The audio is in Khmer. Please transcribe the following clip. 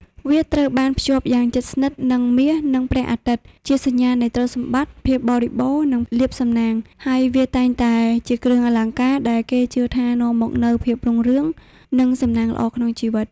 វាត្រូវបានភ្ជាប់យ៉ាងជិតស្និទ្ធនឹង មាស និងព្រះអាទិត្យ ជាសញ្ញានៃ ទ្រព្យសម្បត្តិ ភាពបរិបូរណ៍ និងលាភសំណាង ហើយ វាតែងតែជាគ្រឿងអលង្ការដែលគេជឿថានាំមកនូវភាពរុងរឿង និងសំណាងល្អក្នុងជីវិត។